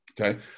okay